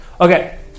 okay